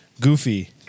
Goofy